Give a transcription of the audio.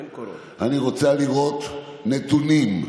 אני רוצה לראות נתונים.